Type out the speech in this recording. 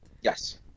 Yes